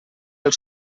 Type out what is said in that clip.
els